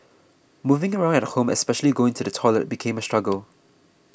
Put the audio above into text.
moving around at home especially going to the toilet became a struggle